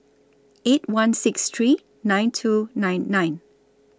eight one six three nine two nine nine